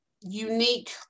unique